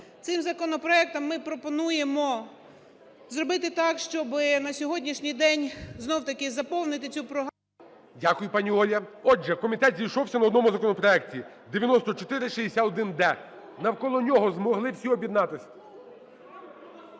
Цим законопроектом ми пропонуємо зробити так, щоби на сьогоднішній день, знову таки, заповнити цю прогалину... ГОЛОВУЮЧИЙ. Дякую, пані Оля. Отже, комітет зійшовся на одному законопроекті - 9461-д, навколо нього змогли всі об'єднатися.